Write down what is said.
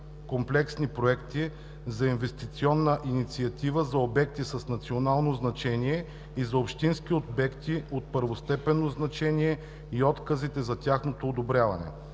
комплексни проекти за инвестиционна инициатива за обекти с национално значение и за общински обекти от първостепенно значение и отказите за тяхното одобряване;